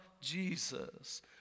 Jesus